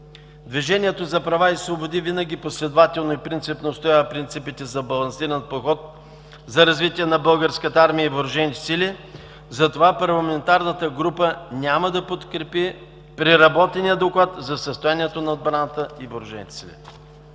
Движението за права и свободи винаги последователно и принципно отстоява принципите за балансиран подход за развитие на българската армия и въоръжените сили, затова парламентарната група няма да подкрепи преработения Доклад за състоянието на отбраната и въоръжените сили.